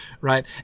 right